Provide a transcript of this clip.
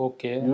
Okay